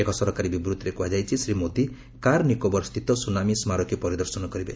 ଏକ ସରକାରୀ ବିବୃତ୍ତିରେ କୁହାଯାଇଛି ଶ୍ରୀ ମୋଦି କାର୍ନିକୋବର ସ୍ଥିତ ସୁନାମୀ ସ୍କାରକୀ ପରିଦର୍ଶନ କରିବେ